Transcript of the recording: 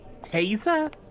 Taser